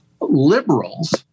liberals